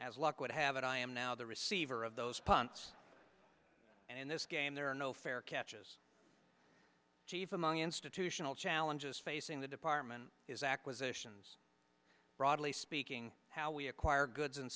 as luck would have it i am now the receiver of those punts and in this game there are no fair catches chief among institutional challenges facing the department is acquisitions broadly speaking how we acquire goods and